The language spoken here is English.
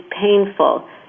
painful